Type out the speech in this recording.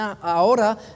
ahora